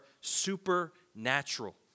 supernatural